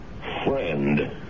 friend